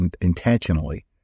intentionally